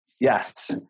yes